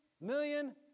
million